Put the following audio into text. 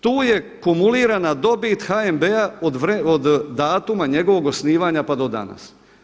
Tu je kumulirana dobit HNB-a od datuma njegovog osnivanja pa do danas.